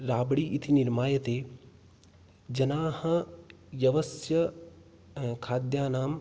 राबडी इति निर्मायते जनाः यवस्य खाद्यानाम्